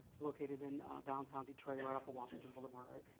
located in downtown detroit right off of washington boulevard,